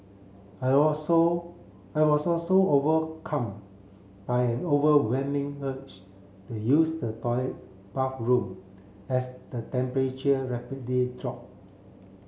I also I was also overcome by an overwhelming urge to use the bathroom as the temperature rapidly drops